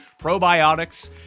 probiotics